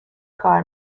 کار